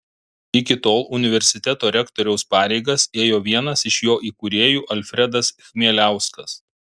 iki tol universiteto rektoriaus pareigas ėjo vienas iš jo įkūrėjų alfredas chmieliauskas